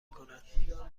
کند